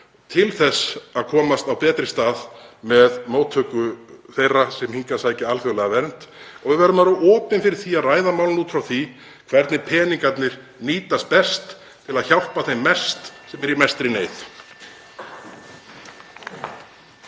til þess að komast á betri stað með móttöku þeirra sem hingað sækja alþjóðlega vernd. Við verðum að vera opin fyrir því að ræða málin út frá því hvernig peningarnir nýtast best til að hjálpa þeim mest sem eru í mestri neyð.